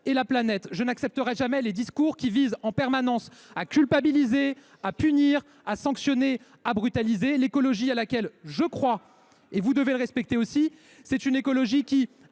et la planète. Je n’accepterai jamais les discours… Et les actes ?… qui visent en permanence à culpabiliser, à punir, à sanctionner, à brutaliser. L’écologie à laquelle je crois – et vous devez aussi le respecter – est une écologie qui